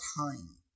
time